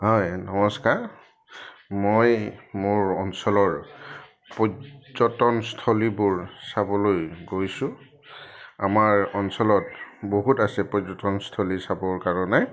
হয় নমস্কাৰ মই মোৰ অঞ্চলৰ পৰ্যটনস্থলীবোৰ চাবলৈ গৈছোঁ আমাৰ অঞ্চলত বহুত আছে পৰ্যটনস্থলী চাবৰ কাৰণে